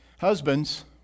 Husbands